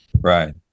Right